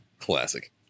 classic